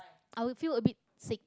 i will feel a bit sick